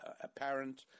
apparent